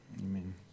Amen